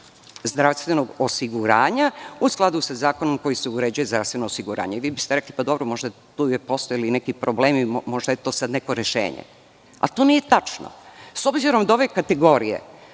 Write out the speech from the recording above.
zdravstvenog osiguranja, u skladu sa zakonom koji se uređuje zdravstveno osiguranje. Vi biste rekli – pa, dobro možda su tu postojali neki problemi, možda je to sada neko rešenje, ali to nije tačno. S obzirom da ove kategorije